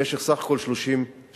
למשך סך הכול 30 שבועות.